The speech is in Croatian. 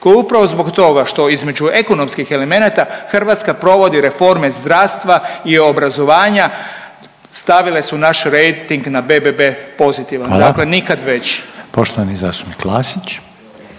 koje upravo zbog toga što između ekonomskih elemenata Hrvatska provodi reforme zdravstva i obrazovanja, stavile su naš rejting na BBB pozitivan. …/Upadica: Hvala./… Dakle,